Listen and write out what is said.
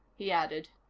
he added.